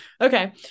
okay